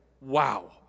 wow